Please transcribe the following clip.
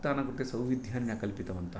भक्तानां कृते सौविध्यानि न कल्पितवन्तः